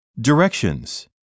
DIRECTIONS